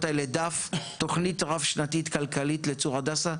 האלה דף: תוכנית רב שנתית כלכלית לצור הדסה,